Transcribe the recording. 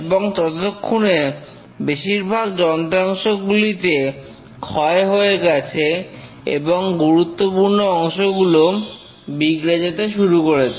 এবং ততক্ষনে বেশিরভাগ যন্ত্রাংশগুলিতে ক্ষয় হয়ে গেছে এবং গুরুত্বপূর্ণ অংশগুলো বিগড়ে যেতে শুরু করেছে